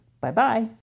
Bye-bye